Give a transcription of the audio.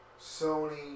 Sony